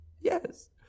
yes